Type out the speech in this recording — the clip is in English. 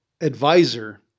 advisor